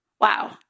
Wow